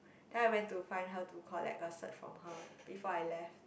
then I went to find her to collect a cert from her before I left